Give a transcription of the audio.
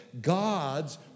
God's